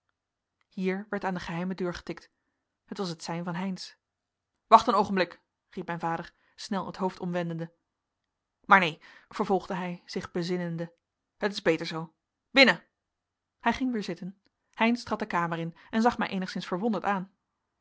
hier werd aan de geheime deur getikt het was het sein van heynsz wacht een oogenblik riep mijn vader snel het hoofd omwendende maar neen vervolgde hij zich bezinnende het is beter zoo binnen hij ging weer zitten heynsz trad de kamer in en zag mij eenigszins verwonderd aan